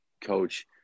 coach